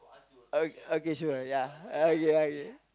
o~ okay sure ya okay okay